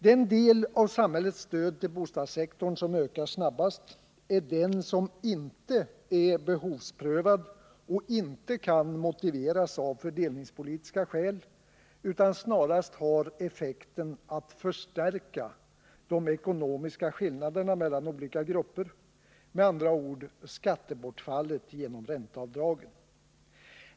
Den del av samhällets stöd till bostadssektorn som ökar snabbast är den som inte är behovsprövad och inte kan motiveras av fördelningspolitiska skäl utan snarast har effekten att förstärka de ekonomiska skillnaderna mellan olika grupper, med andra ord skattebortfallet genom ränteavdragen.